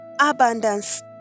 abundance